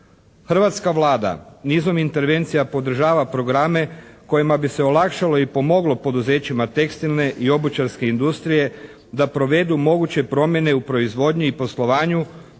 Hrvatska Vlada nizom intervencija podržava programe kojima bi se olakšalo i pomoglo poduzećima tekstilne i obućarske industrije da provedu moguće promjene u proizvodnji i poslovanju